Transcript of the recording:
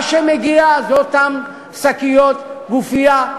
מה שמגיע זה אותן שקיות גופייה,